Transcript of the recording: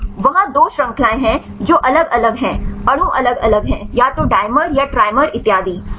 हाँ वहाँ 2 श्रृंखलाएँ हैं जो अलग अलग हैं अणु अलग अलग हैं या तो डिमर या ट्रिमर इतियादी